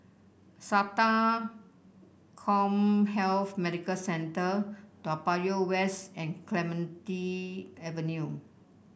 SATA CommHealth Medical Centre Toa Payoh West and Clementi Avenue